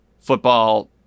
football